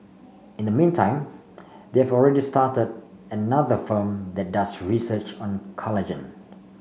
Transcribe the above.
in the meantime they have already started another firm that does research on collagen